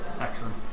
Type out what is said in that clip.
excellent